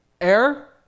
air